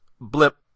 Blip